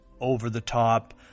over-the-top